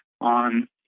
on